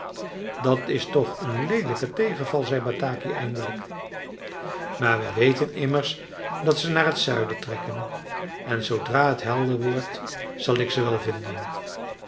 dat is toch een leelijke tegenval zei bataki eindelijk maar we weten immers dat ze naar t zuiden trekken en zoodra het helder wordt zal ik ze wel vinden